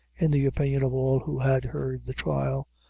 in the opinion of all who had heard the trial,